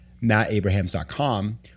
mattabrahams.com